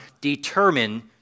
determine